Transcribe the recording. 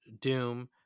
Doom